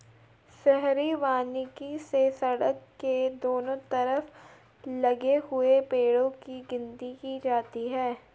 शहरी वानिकी से सड़क के दोनों तरफ लगे हुए पेड़ो की गिनती की जाती है